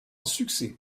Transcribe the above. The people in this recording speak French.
succès